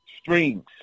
strings